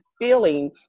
feeling